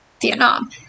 Vietnam